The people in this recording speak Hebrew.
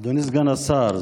אדוני סגן השר,